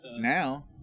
Now